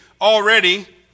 already